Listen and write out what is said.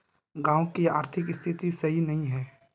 गाँव की आर्थिक स्थिति सही नहीं है?